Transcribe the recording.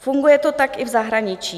Funguje to tak i v zahraničí.